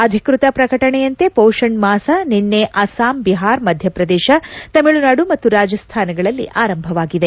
ಅಧಿಕೃತ ಪ್ರಕಟಣೆಯಂತೆ ಪೋಷಣ್ ಮಾಸ ನಿನ್ನೆ ಅಸ್ಸಾಂ ಬಿಹಾರ ಮಧ್ಯಪ್ರದೇಶ ತಮಿಳುನಾದು ಮತ್ತು ರಾಜಸ್ಥಾನಗಳಲ್ಲಿ ಆರಂಭವಾಗಿದೆ